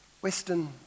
Western